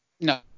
No